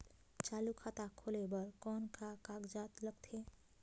चालू खाता खोले बर कौन का कागजात लगथे?